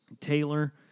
Taylor